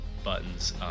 buttons